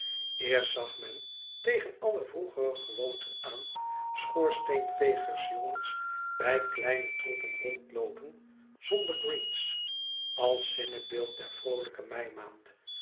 eerst zag men tegen alle vroegere gewoonten aan schoorsteenvegersjongens bij kleine troepen rondloopen zonder greens als zinnebeeld der vroolijke meimaand